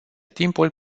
timpul